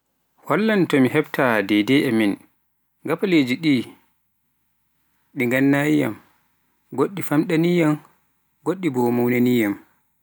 Hollam to mi heɓta deydey e min, gafaleeji ɗii ɗi gannaayi yam, goɗɗi famɗanii yam, goɗɗi boo mawnanii yam.